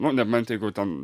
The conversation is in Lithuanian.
nu nebent jeigu ten